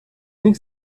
них